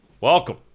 Welcome